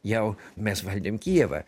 jau mes valdėm kijevą